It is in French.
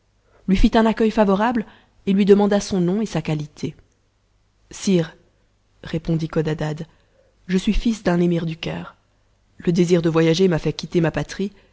lui fit un accueil favorable et lui demanda son nom et sa quahté sire répondit codadad je suis fils d'un émir du caire le désir de voyager m'a fait quitter ma patrie